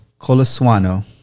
colosuano